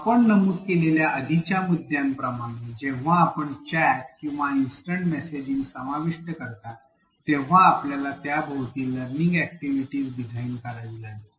आपण नमूद केलेल्या आधीच्या मुद्द्यांप्रमाणेच जेव्हा आपण चॅट किंवा इन्स्टंट मेसेजिंग समाविष्ट करता तेव्हा आपल्याला त्याभोवती लर्निंग अॅक्टिव्हिटी डिझाइन करावी लागेल